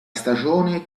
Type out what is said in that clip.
stagione